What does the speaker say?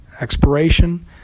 expiration